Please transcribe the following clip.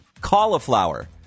cauliflower